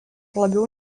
labiau